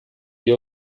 wie